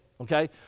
okay